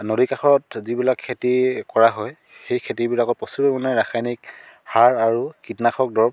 নদীৰ কাষত যিবিলাক খেতি কৰা হয় সেই খেতিবিলাকত প্ৰচুৰ পৰিমাণে ৰাসায়নিক সাৰ আৰু কীটনাশক দৰৱ